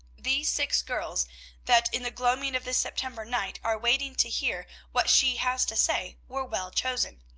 these six girls that in the gloaming of this september night are waiting to hear what she has to say were well chosen.